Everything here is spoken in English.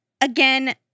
Again